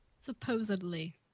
Supposedly